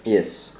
yes